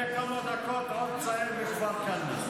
ואליד, לפני כמה דקות עוד צעיר בכפר כנא.